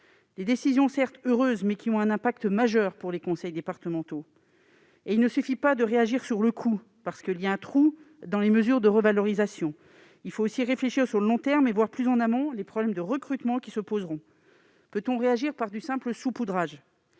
Ces décisions sont certes heureuses, mais elles auront un impact majeur sur les conseils départementaux. Et il ne suffit pas de réagir sur le coup, car il y a un trou dans les mesures de revalorisation. Il faut aussi réfléchir à long terme et voir plus en amont les problèmes de recrutement qui se poseront. Peut-on réagir par du simple saupoudrage ?